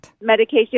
medication